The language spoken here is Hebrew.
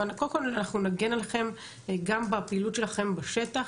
אבל קודם כל אנחנו נגן עליכם גם בפעילות שלכם בשטח,